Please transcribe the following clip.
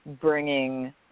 bringing